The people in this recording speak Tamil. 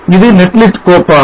இது net list கோப்பாகும்